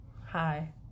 Hi